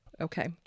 Okay